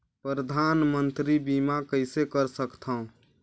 परधानमंतरी बीमा कइसे कर सकथव?